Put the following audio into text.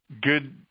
Good